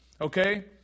Okay